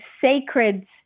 sacred